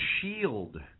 Shield